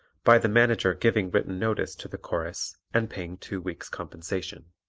by the manager giving written notice to the chorus and paying two weeks' compensation.